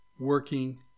working